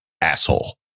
asshole